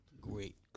great